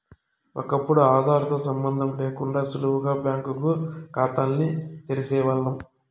ఒకప్పుడు ఆదార్ తో సంబందం లేకుండా సులువుగా బ్యాంకు కాతాల్ని తెరిసేవాల్లం